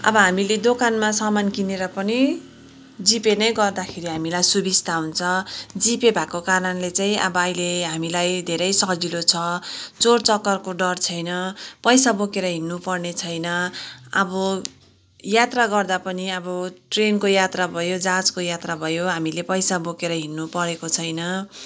अब हामीले दोकानमा सामान किनेर पनि जी पे नै गर्दाखेरि हामीलाई सुविस्ता हुन्छ जी पे भएको कारणले चाहिँ अब अहिले हामीलाई धेरै सजिलो छ चोर चक्करको डर छैन पैसा बोकेर हिँड्नुपर्ने छैन अब यात्रा गर्दा पनि अब ट्रेनको यात्रा भयो जहाजको यात्रा भयो हामीले पैसा बोकेर हिँड्नु परेको छैन